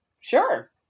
Sure